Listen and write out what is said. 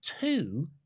two